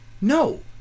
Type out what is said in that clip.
no